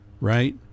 Right